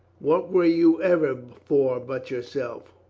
what were you ever for but yourself?